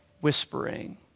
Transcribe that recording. whispering